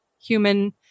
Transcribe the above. human